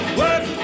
work